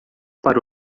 para